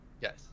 Yes